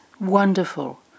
wonderful